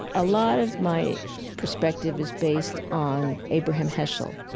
a lot of my perspective is based on abraham heschel.